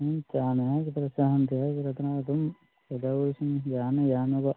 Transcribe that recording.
ꯍꯨꯝ ꯆꯥꯅꯉꯥꯏ ꯑꯗꯨꯝ ꯀꯩꯗꯧꯏ ꯁꯨꯝ ꯌꯥꯅ ꯌꯥꯅꯕ